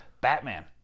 Batman